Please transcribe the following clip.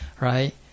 right